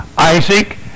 Isaac